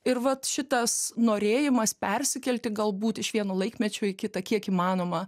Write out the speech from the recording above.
ir vat šitas norėjimas persikelti galbūt iš vieno laikmečio į kitą kiek įmanoma